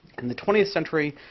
in the twentieth century,